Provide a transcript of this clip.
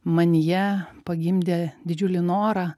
manyje pagimdė didžiulį norą